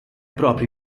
propri